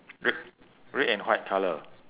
red red and white colour